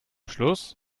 schluss